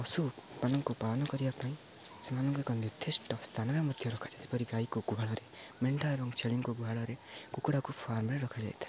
ପଶୁମାନଙ୍କୁ ପାଳନ କରିବା ପାଇଁ ସେମାନଙ୍କ ଏକ ନିର୍ଦ୍ଧିଷ୍ଟ ସ୍ଥାନରେ ମଧ୍ୟ ରଖାଯାଏ ଯେପରି ଗାଈକୁ ଗୁହାଳରେ ମେଣ୍ଢା ଏବଂ ଛେଳିକୁ ଗୁହାଳରେ କୁକୁଡ଼ାକୁ ଫାର୍ମରେ ରଖାଯାଇଥାଏ